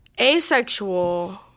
Asexual